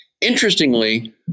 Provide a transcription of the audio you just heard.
Interestingly